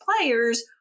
players